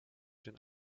den